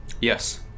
Yes